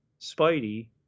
Spidey